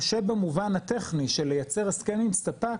קשה במובן הטכני, של לייצר הסכם עם ספק,